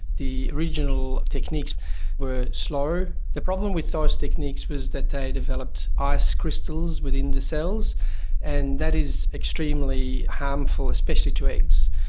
the original techniques were slow. the problem with those techniques was that they developed ice crystals within the cells and that is extremely harmful, especially to eggs.